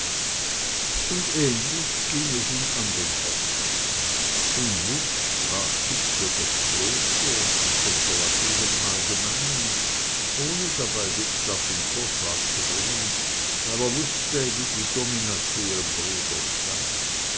und ähnlich ging es in den andern ortschaften in wutz sprach fix für das kloster und die konservativen im allgemeinen ohne dabei dubslav in vorschlag zu bringen weil er wußte wie die domina zu ihrem bruder stand